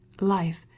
Life